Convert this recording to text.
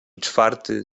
czwarty